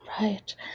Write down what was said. Right